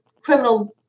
criminal